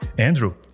Andrew